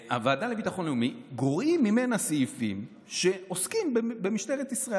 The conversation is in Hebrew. גורעים ממנה סעיפים שעוסקים במשטרת ישראל.